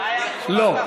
לא.